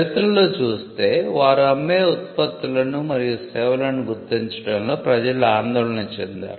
చరిత్రలో చూస్తే వారు అమ్మే ఉత్పత్తులను మరియు సేవలను గుర్తించడంలో ప్రజలు ఆందోళన చెందారు